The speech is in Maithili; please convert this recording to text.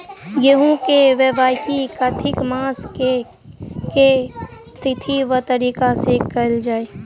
गेंहूँ केँ बोवाई कातिक मास केँ के तिथि वा तारीक सँ कैल जाए?